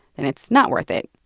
then it's not worth. it.